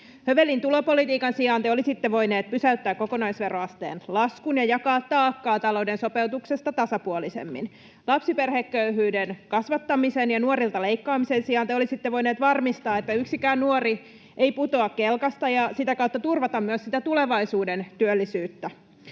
Hövelin tulopolitiikan sijaan te olisitte voineet pysäyttää kokonaisveroasteen laskun ja jakaa taakkaa talouden sopeutuksesta tasapuolisemmin. Lapsiperheköyhyyden kasvattamisen ja nuorilta leikkaamisen sijaan te olisitte voineet varmistaa, että yksikään nuori ei putoa kelkasta, ja sitä kautta turvata myös sitä tulevaisuuden työllisyyttä.